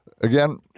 Again